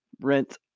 rent